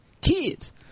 kids